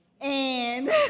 And-